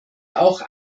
auch